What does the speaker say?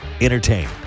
entertain